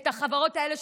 את החברות האלה,